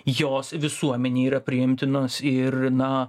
jos visuomenei yra priimtinos ir na